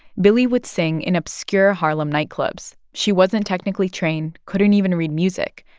billie would sing in obscure harlem nightclubs. she wasn't technically trained, couldn't even read music,